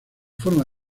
forma